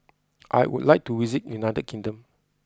I would like to visit United Kingdom